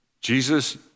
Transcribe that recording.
Jesus